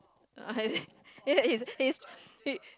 it's his he